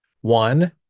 One